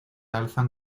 alzan